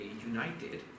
united